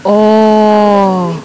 oh